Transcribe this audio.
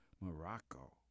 Morocco